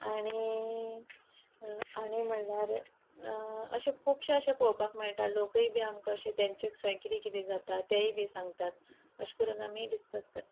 आनी म्हणल्यार अशे खुबशे अशें पळोवपाक मेळटा लोकूय बी आमकां अशे तेंचे थंय कितें कितें जाता तेंवूय बी सांगतात अशें करून आमी डिस्कस करता